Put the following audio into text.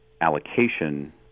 allocation